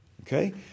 Okay